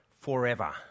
forever